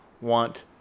want